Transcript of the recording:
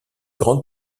grande